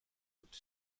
und